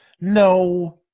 No